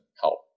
help